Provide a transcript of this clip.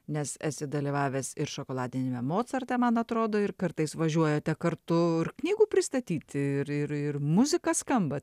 nes esi dalyvavęs ir šokoladiniame mocarte man atrodo ir kartais važiuojate kartu ir knygų pristatyti ir ir ir muzika skamba